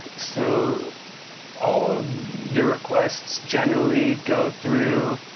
so all of your requests generally go through,